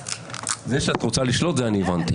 זה שאת רוצה לשלוט, את זה אני הבנתי.